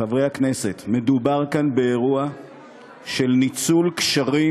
חברי הכנסת, מדובר כן באירוע של ניצול קשרים